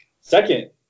second –